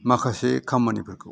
माखासे खामानिफोरखौ